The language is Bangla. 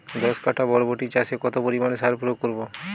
দশ কাঠা বরবটি চাষে কত পরিমাণ সার প্রয়োগ করব?